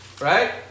right